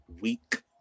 week